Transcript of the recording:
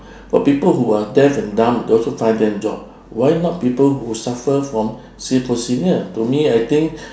for people who are deaf and dumb they also find them job why not people who suffer from schizophrenia to me I think